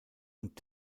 und